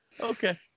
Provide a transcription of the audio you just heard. okay